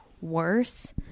worse